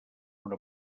una